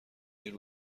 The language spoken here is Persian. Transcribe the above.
این